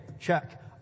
check